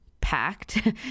packed